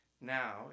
Now